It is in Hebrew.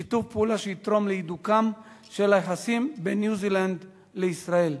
שיתוף פעולה שיתרום להידוקם של היחסים בין ניו-זילנד לישראל.